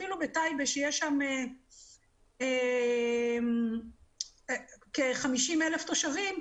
אפילו בטייבה שיש שם כ-50,000 תושבים,